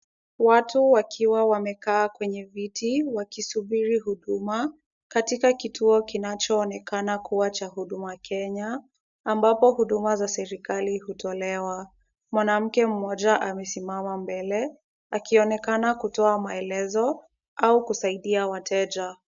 Watu wakiwa wamekaa kwenye viti wakisubiri huduma katika kituo kinachoonekana kuwa cha Huduma Kenya, ambapo huduma za serikali hutolewa. Mwanamke mmoja amesimama mbele, akionekana kutoa maelezo au kusaidia wateja.